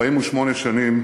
48 שנים